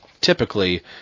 typically